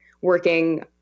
working